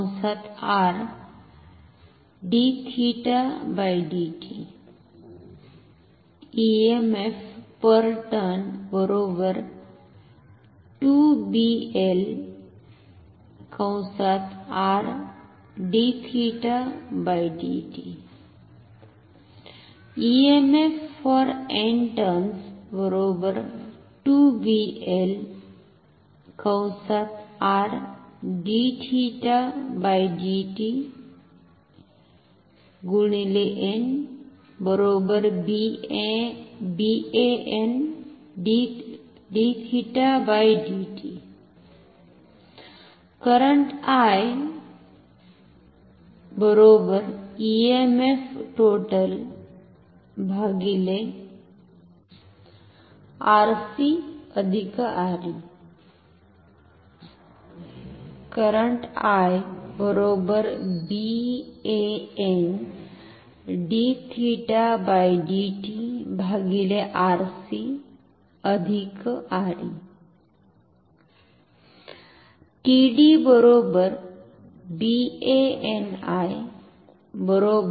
तर मग आपण काय पाहतो